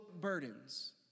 burdens